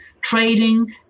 Trading